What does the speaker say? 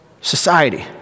society